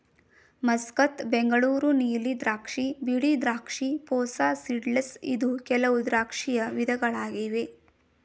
Muscat, Bengaluru ನೀಲಿ ದ್ರಾಕ್ಷಿ, ಬಿಳಿ ದ್ರಾಕ್ಷಿ, ಪೂಸಾ ಸೀಡ್ಲೆಸ್ ಇದು ಕೆಲವು ದ್ರಾಕ್ಷಿಯ ವಿಧಗಳಾಗಿವೆ